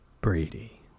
Brady